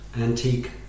antique